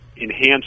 enhance